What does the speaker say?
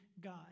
God